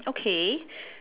okay